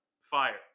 fire